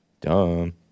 Dumb